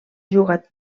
jugat